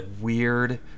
weird